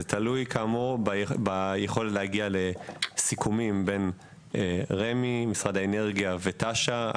זה תלוי ביכולת להגיע לסיכומים בין רמ"י למשרד האנרגיה ותש"ן.